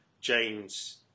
James